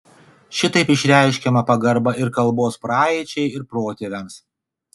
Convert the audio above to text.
šitaip išreiškiama pagarba ir kalbos praeičiai ir protėviams